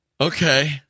Okay